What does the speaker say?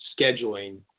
scheduling